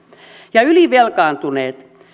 ja ylivelkaantuneet